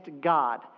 God